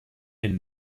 and